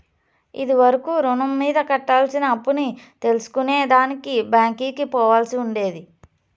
ఇది వరకు రుణం మీద కట్టాల్సిన అప్పుని తెల్సుకునే దానికి బ్యాంకికి పోవాల్సి ఉండేది